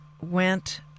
went